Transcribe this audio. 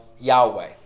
Yahweh